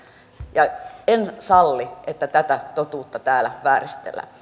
en salli että tätä totuutta täällä vääristellään